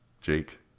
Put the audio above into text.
Jake